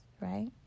right